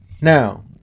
Now